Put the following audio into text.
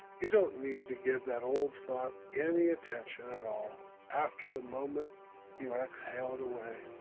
you don't need to give that old thought any attention at all after the moment you exhale it away.